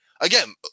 Again